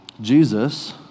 Jesus